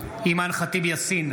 אימאן ח'טיב יאסין,